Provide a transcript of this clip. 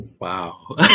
Wow